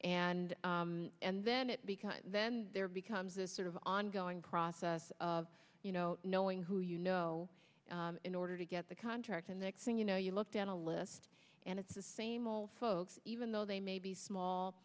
and and then it becomes then there becomes a sort of ongoing process of you know knowing who you know in order to get the contract and next thing you know you look down a list and it's the same old folks even though they may be small